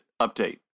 update